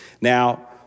Now